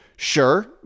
Sure